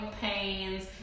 pains